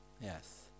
Yes